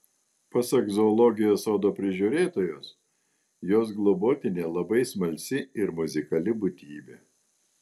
pasak zoologijos sodo prižiūrėtojos jos globotinė labai smalsi ir muzikali būtybė